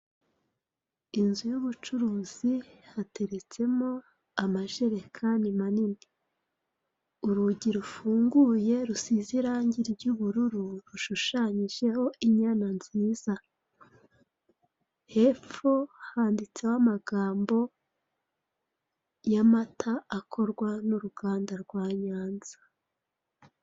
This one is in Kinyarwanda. Inzu y'ubucuruzi, hateretsemo amajerekani manini. Urugi rufunguye rusize irangi ry'ubururu, rushushanyijeho inyana nziza; hepfo handitseho amagambo y'amata akorwa n'uruganda rwa Nyanza.